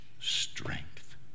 strength